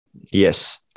Yes